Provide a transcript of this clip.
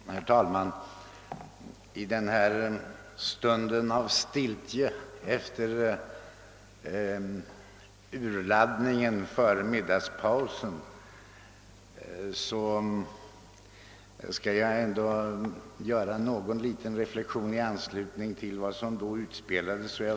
Herr talman! I denna stund av stiltje efter urladdningen före middagspausen skall jag ändå göra någon liten reflexion i anslutning till vad som då utspelades.